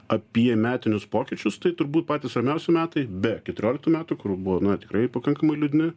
apie metinius pokyčius tai turbūt patys ramiausi metai be keturioliktų metų kur buvo na tikrai pakankamai liūdni